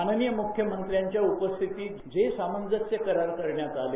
माननीय मुख्यमंत्र्यांची उपस्थितीत जे सामंज्यस्य करार करण्यात आले